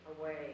away